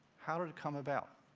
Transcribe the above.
how did it come about?